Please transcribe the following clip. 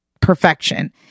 perfection